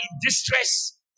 distress